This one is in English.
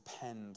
depend